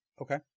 Okay